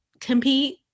compete